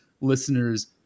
listeners